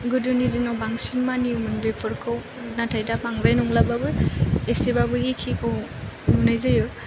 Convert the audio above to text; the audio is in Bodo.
गोदोनि दिनाव बांसिन मानियोमोन बेफोरखौ नाथाय दा बांद्राय नंलाबाबो एसेबाबो एखेखौ नुनाय जायो